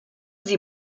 sie